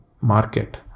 market